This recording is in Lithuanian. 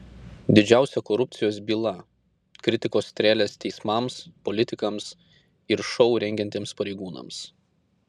didžiausia korupcijos byla kritikos strėlės teismams politikams ir šou rengiantiems pareigūnams